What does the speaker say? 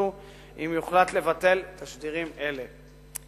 שיידרשו אם יוחלט לבטל תשדירים אלה.